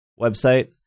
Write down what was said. website